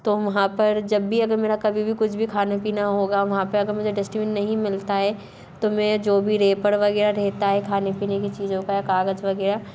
तो वहाँ पर जब भी अगर मेरा कभी भी कुछ भी खाने पीना होगा वहाँ पे अगर मुझे डस्ट्बिन नहीं मिलता है तो मैं जो भी रेपर वगैरह रहता है खाने पीने की चीज़ों का कागज वगैरह